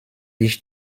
ich